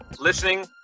listening